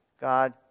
God